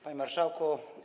Panie Marszałku!